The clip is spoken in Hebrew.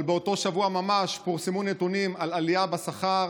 אבל באותו שבוע ממש פורסמו נתונים על עלייה בשכר,